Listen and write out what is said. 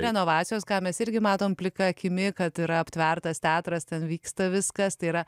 renovacijos ką mes irgi matom plika akimi kad yra aptvertas teatras ten vyksta viskas tai yra